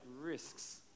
risks